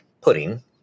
pudding